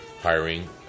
hiring